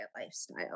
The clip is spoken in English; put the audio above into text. lifestyle